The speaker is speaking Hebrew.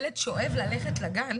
ילד שאוהב ללכת לגן,